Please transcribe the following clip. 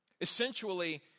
Essentially